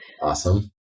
Awesome